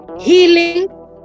healing